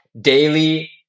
daily